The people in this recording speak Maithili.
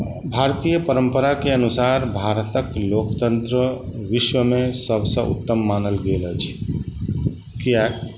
भारतीय परम्पराके अनुसार भारतके लोकतन्त्र विश्वमे सबसँ उत्तम मानल गेल अछि कियाकि